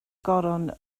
goron